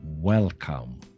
Welcome